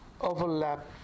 Overlap